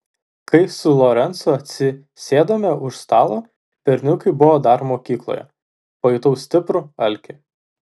kai su lorencu atsisėdome už stalo berniukai buvo dar mokykloje pajutau stiprų alkį